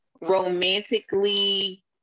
romantically